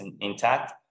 intact